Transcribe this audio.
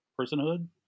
personhood